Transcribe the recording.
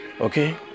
okay